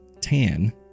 tan